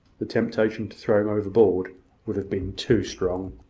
the temptation to throw him overboard would have been too strong.